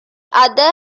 other